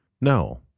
No